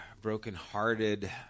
brokenhearted